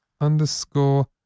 underscore